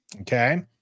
Okay